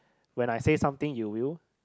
when I say something you will